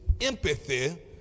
empathy